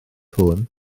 hwn